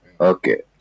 Okay